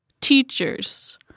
teachers